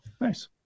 Nice